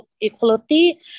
equality